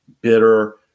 bitter